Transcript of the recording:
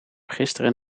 gisteren